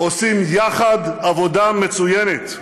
עושים יחד עבודה מצוינת.